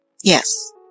Yes